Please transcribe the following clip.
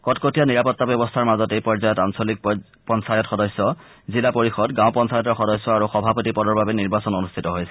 কটকটীয়া নিৰাপত্তা ব্যৱস্থাৰ মাজত এই পৰ্যায়ত আঞ্চলিক পঞ্চায়ত সদস্য জিলা পৰিষদ গাঁও পঞ্চায়তৰ সদস্য আৰু সভাপতি পদৰ বাবে নিৰ্বাচন অনুষ্ঠিত হৈছে